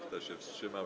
Kto się wstrzymał?